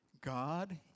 God